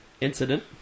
incident